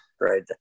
Right